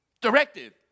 Directive